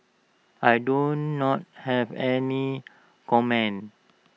I do not have any comment